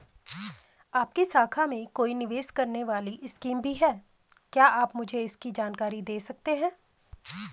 आपकी शाखा में कोई निवेश करने वाली स्कीम भी है क्या आप मुझे इसकी जानकारी दें सकते हैं?